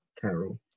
Carol